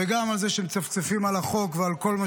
וגם על זה שמצפצפים על החוק ועל כל מה